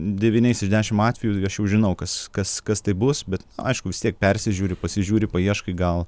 devyniais iš dešimt atvejų aš jau žinau kas kas kas tai bus bet aišku vis tiek persižiūri pasižiūri paieškai gal